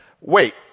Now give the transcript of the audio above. Wait